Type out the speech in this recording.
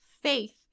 faith